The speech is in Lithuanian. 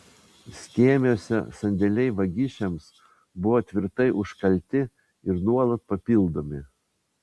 skėmiuose sandėliai vagišiams buvo tvirtai užkalti ir nuolat papildomi